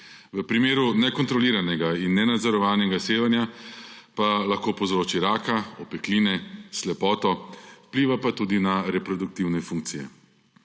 V primeru nekontroliranega in nenadzorovanega sevanja pa lahko povzroči raka, opekline, slepoto, vpliva pa tudi na reproduktivne funkcije.